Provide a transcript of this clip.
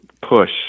push